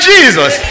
Jesus